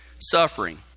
suffering